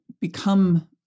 become